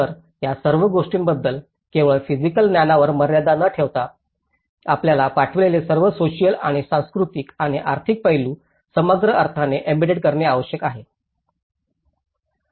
तर या सर्व गोष्टींबरोबरच केवळ फिसिकल ज्ञानावर मर्यादा न ठेवता आम्हाला पाठविलेले सर्व सोसिअल आणि सांस्कृतिक आणि आर्थिक पैलू समग्र अर्थाने एम्बेड करणे आवश्यक आहे